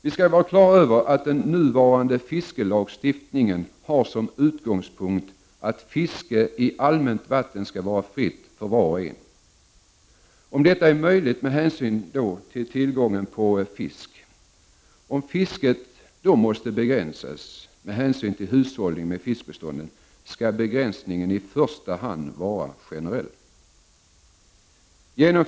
Vi skall vara på det klara med att den nuvarande fiskelagstiftningen som utgångspunkt har att fiske på allmänt vatten skall vara fritt för var och en om detta är möjligt med hänsyn till tillgången på fisk. Om fisket måste begränsas med hänsyn till hushållningen med fiskbestånden skall begränsningen i första hand vara generell.